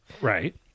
Right